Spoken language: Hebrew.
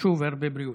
ושוב הרבה בריאות.